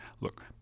look